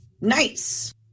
Nice